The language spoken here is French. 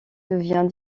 devient